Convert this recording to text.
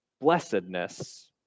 blessedness